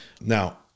Now